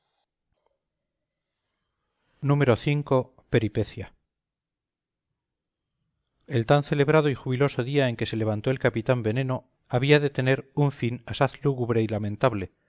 v peripecia el tan celebrado y jubiloso día en que se levantó el capitán veneno había de tener un fin asaz lúgubre y lamentable